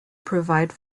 provide